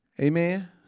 Amen